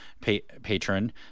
patron